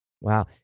Wow